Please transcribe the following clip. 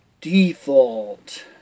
Default